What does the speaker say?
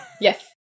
Yes